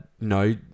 no